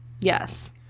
Yes